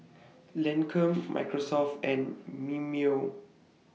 Lancome Microsoft and Mimeo